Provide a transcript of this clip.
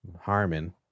Harmon